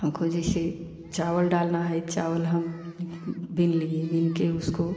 हमको जैसे चावल डालना है चावल हम बीन बीन लिए बिनके उसको